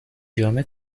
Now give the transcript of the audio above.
جامع